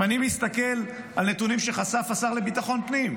אם אני מסתכל על נתונים שחשף השר לביטחון פנים: